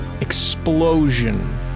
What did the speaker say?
explosion